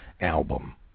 album